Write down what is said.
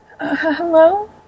Hello